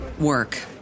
work